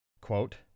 Quote